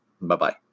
Bye-bye